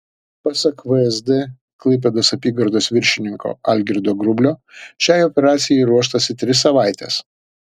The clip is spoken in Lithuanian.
pasak vsd klaipėdos apygardos viršininko algirdo grublio šiai operacijai ruoštasi tris savaites